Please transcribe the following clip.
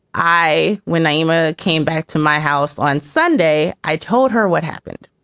i when i um ah came back to my house on sunday, i told her what happened.